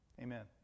Amen